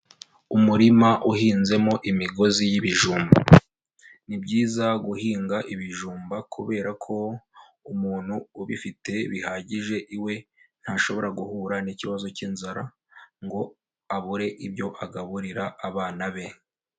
Umurima uhinzemo imigozi y'ibijumba. Ni byiza guhinga ibijumba kubera ko umuntu ubifite bihagije iwe ntashobora guhura n'ikibazo cy'inzara ngo abure ibyo agaburira abana be.